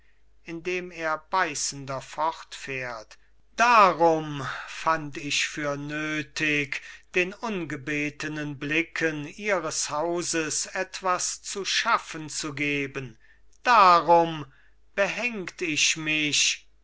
indem er beißender fortfährt darum fand ich für nötig den ungebetenen blicken ihres hauses etwas zu schaffen zu geben darum behängt ich mich